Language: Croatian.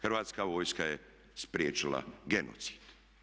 Hrvatska vojska je spriječila genocid.